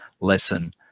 lesson